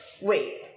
wait